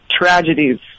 tragedies